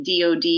DOD